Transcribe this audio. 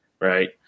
right